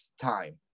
time